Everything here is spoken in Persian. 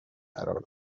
قرار